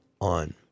on